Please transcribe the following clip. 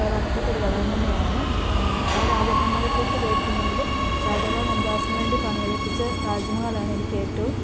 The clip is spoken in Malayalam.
പ്രധാനപ്പെട്ട ഒരു ഘടകം തന്നെയാണ് പല രാജക്കന്മാരെ കുറിച്ച് കേട്ടിട്ടുണ്ടെങ്കിലും ഷാജഹാൻ മുംതാസിന് വേണ്ടി പണി കഴിപ്പിച്ച താജ്മഹലാണ് എനിക്ക് ഏറ്റവും